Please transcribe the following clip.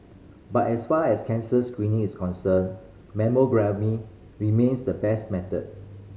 but as far as cancer screening is concerned remains the best method